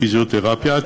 פיזיותרפיה,